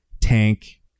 tank